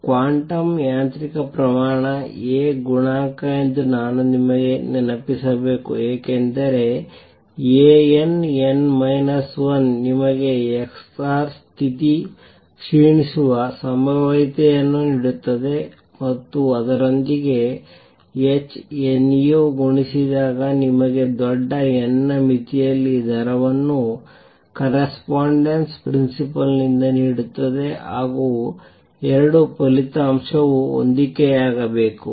quantum ಯಾಂತ್ರಿಕ ಪ್ರಮಾಣ A ಗುಣಾಂಕ ಎಂದು ನಾನು ನಿಮಗೆ ನೆನಪಿಸಬೇಕು ಏಕೆಂದರೆ A n n ಮೈನಸ್ 1 ನಿಮಗೆ xr ಸ್ಥಿತಿ ಕ್ಷೀಣಿಸುವ ಸಂಭವನೀಯತೆಯನ್ನು ನೀಡುತ್ತದೆ ಮತ್ತು ಅದರೊಂದಿಗೆ h nu ಗುಣಿಸಿದಾಗ ನಿಮಗೆ ದೊಡ್ಡ n ಮಿತಿಯಲ್ಲಿ ದರವನ್ನು ಕರೆಸ್ಪಾಂಡೆನ್ಸ್ ಪ್ರಿನ್ಸಿಪಲ್ ನಿಂದ ನೀಡುತ್ತದೆ ಹಾಗೂ 2 ಫಲಿತಾಂಶವು ಹೊಂದಿಕೆಯಾಗಬೇಕು